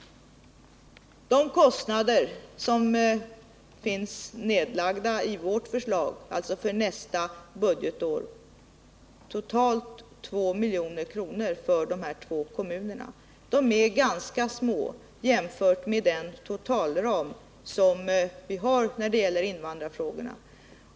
De kostnader för nästa budgetår som finns redovisade i vårt förslag, alltså totalt 2 milj.kr. för de här två kommunerna, är ganska små jämfört med den totalram som vi har när det gäller invandrarfrågorna.